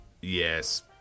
Yes